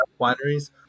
wineries